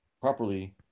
properly